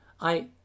I-